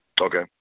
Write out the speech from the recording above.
Okay